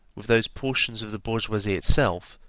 with those portions of the bourgeoisie itself,